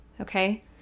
Okay